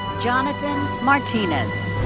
jonathan martinez.